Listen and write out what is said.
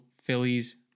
Phillies